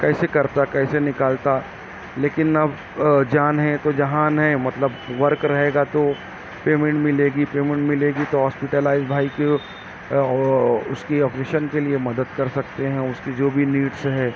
کیسے کرتا کیسے نکالتا لیکن اب جان ہے تو جہان ہے مطلب ورک رہے گا تو پیمنٹ ملے گی پیمنٹ ملے گی تو ہاسپٹلائز بھائی کو اس کی آپریشن کے لیے مدد کر سکتے ہیں اس کی جو بھی نیڈس ہے